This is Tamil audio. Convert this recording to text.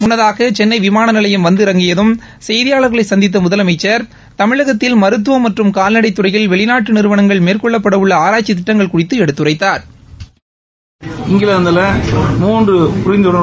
முன்னதாக சென்னை விமான நிவையம் வந்திறங்கியதும் செய்தியாளர்களை சந்தித்த முதலமைச்ச் தமிழகத்தில் மருத்துவம் மற்றும் கால்நடைத் துறையில் வெளிநாட்டு நிறுவனங்கள் மேற்கொள்ளப்பட உள்ள ஆராய்ச்சித் திட்டங்கள் குறித்து எடுத்துரைத்தாா்